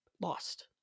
lost